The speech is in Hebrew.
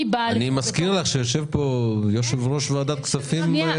אני באה לפה --- אני מזכיר לך שיושב פה יושב-ראש ועדת הכספים הקודמת.